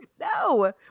No